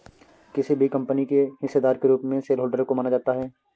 किसी भी कम्पनी के हिस्सेदार के रूप में शेयरहोल्डर को माना जाता है